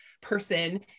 person